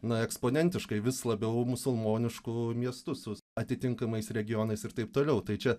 na eksponentiškai vis labiau musulmonišku miestu su atitinkamais regionais ir taip toliau tai čia